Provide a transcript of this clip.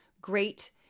great